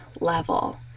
level